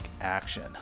action